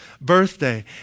birthday